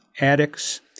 addicts